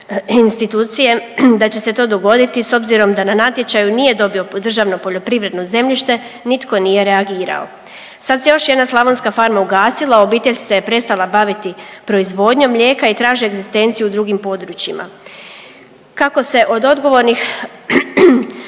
institucije da će se to dogoditi s obzirom da na natječaju nije dobio državno poljoprivredno zemljište, nitko nije reagirao. Sad se još jedna slavonska farma ugasila, obitelj se je prestala baviti proizvodnjom mlijeka i traže egzistenciju u drugi područjima. Kako se od odgovornih